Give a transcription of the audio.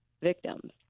victims